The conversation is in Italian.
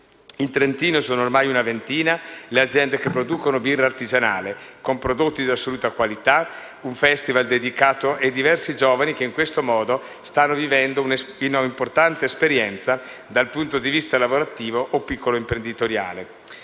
In Trentino sono ormai una ventina le aziende che producono birra artigianale, con prodotti di assoluta qualità, un festival dedicato a diversi giovani che, in questo modo, stanno vivendo una importante esperienza dal punto di vista lavorativo o piccolo imprenditoriale.